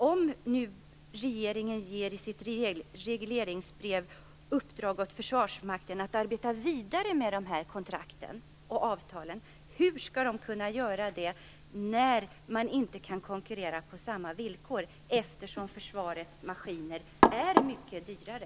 Om nu regeringen i sitt regleringsbrev ger i uppdrag åt Försvarsmakten att arbeta vidare med dessa kontrakt och avtal, undrar jag hur de skall kunna göra det när konkurrensen inte kan ske på samma villkor, eftersom försvarets maskiner är mycket dyrare.